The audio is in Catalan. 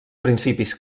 principis